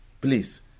Please